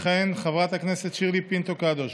תכהן חברת הכנסת שירלי פינטו קדוש,